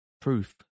proof